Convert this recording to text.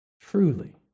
Truly